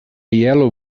yellow